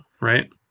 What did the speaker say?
Right